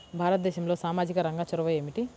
భారతదేశంలో సామాజిక రంగ చొరవ ఏమిటి?